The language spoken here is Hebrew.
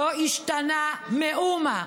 לא השתנה מאומה: